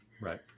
Right